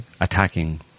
attacking